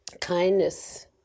kindness